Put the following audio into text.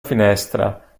finestra